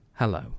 Hello